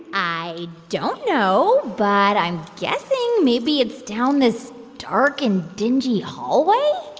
i don't know. but i'm guessing maybe it's down this dark and dingy hallway?